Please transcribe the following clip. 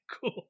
cool